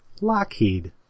Lockheed